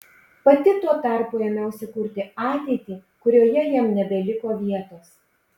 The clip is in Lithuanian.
pati tuo tarpu ėmiausi kurti ateitį kurioje jam nebeliko vietos